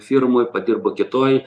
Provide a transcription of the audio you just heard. firmoj padirba kitoj